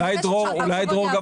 דרור,